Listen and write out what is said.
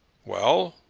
well?